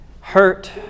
Hurt